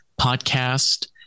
podcast